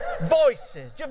Voices